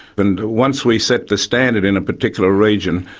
and once we set the standard in a particular region,